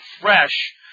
fresh